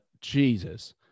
Jesus